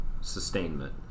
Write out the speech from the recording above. sustainment